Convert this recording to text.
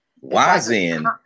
Y-Zen